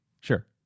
Sure